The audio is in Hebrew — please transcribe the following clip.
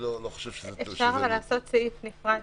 אפשר לעשות סעיף נפרד,